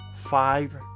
five